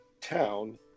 town